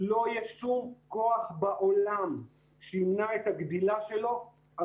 לא יהיה שום כוח בעולם שימנע את הגדילה שלו על